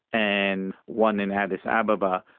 and one in addis ababa,